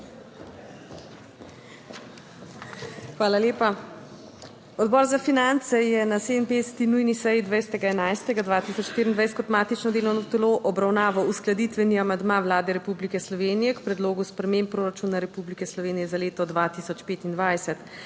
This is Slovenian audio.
Hvala lepa. Odbor za finance je na 57. nujni seji 20. 11. 2024 kot matično delovno telo obravnaval uskladitveni amandma Vlade Republike Slovenije k Predlogu sprememb proračuna Republike Slovenije za leto 2025.